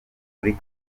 muri